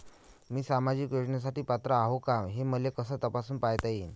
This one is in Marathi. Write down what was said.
मी सामाजिक योजनेसाठी पात्र आहो का, हे मले कस तपासून पायता येईन?